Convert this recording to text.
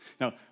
Now